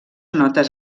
notes